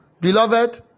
Beloved